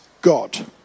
God